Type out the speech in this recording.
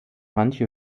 manche